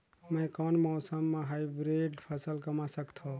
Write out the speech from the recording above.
मै कोन मौसम म हाईब्रिड फसल कमा सकथव?